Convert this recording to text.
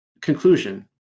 conclusion